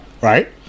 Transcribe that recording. right